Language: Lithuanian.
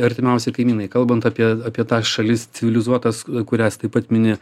artimiausi kaimynai kalbant apie apie tas šalis civilizuotas kurias taip pat mini